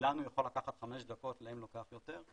שלנו יכול לקחת חמש דקות, להם לוקח יותר.